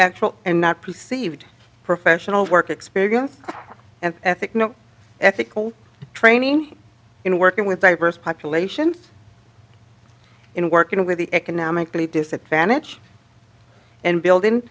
actual and not perceived professional work experience and ethic no ethical training in working with diverse populations in working with the economically